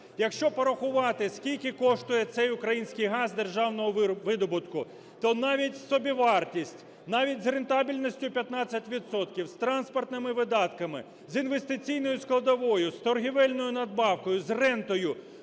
Якщо порахувати, скільки коштує цей український газ державного видобутку, то навіть собівартість, навіть з рентабельністю 15 відсотків, з транспортними видатками, з інвестиційною складовою, з торгівельною надбавкою, з рентою,